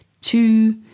two